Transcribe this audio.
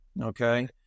okay